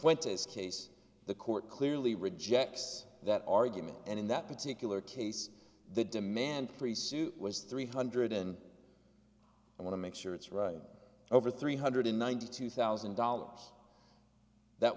this case the court clearly rejects that argument and in that particular case the demand for a suit was three hundred and i want to make sure it's right over three hundred ninety two thousand dollars that